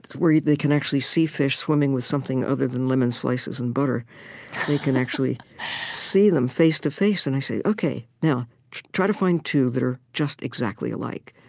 where yeah they can actually see fish swimming with something other than lemon slices and butter they can actually see them face to face. and i say, ok, now try to find two that are just exactly alike.